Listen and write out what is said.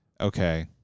Okay